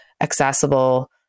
accessible